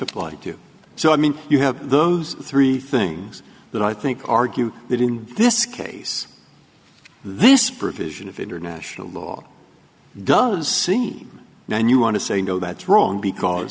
apply to so i mean you have those three things that i think argue that in this case this provision of international law does seem when you want to say no that's wrong because